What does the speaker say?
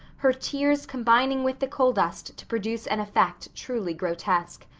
her tears combining with the coal dust to produce an effect truly grotesque.